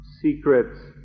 secrets